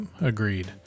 agreed